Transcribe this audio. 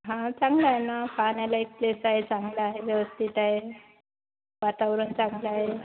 हां चांगलं आहे ना पाहण्यालायक प्लेस आहे चांगलं आहे व्यवस्थित आहे वातावरण चांगलं आहे